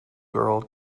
girl